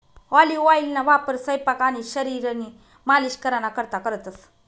olive ऑइलना वापर सयपाक आणि शरीरनी मालिश कराना करता करतंस